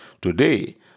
today